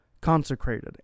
consecrated